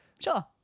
sure